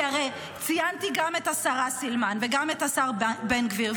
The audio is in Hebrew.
כי הרי ציינתי גם את השרה סילמן וגם את השר בן גביר,